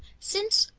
since,